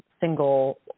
single